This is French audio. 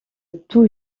tout